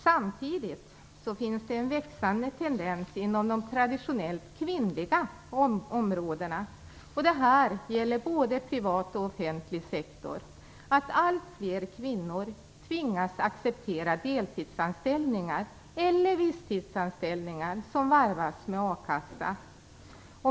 Samtidigt finns det en växande tendens inom de traditionellt kvinnliga områdena - det gäller både privat och offentlig sektor - att allt fler kvinnor tvingas acceptera deltidsanställningar eller visstidsanställningar som varvas med a-kassa.